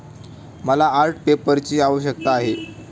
मला आर्ट पेपरची आवश्यकता आहे